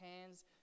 hands